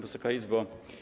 Wysoka Izbo!